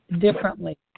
differently